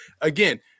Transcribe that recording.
Again